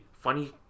funny